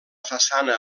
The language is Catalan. façana